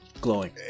glowing